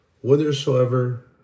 whithersoever